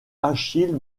achille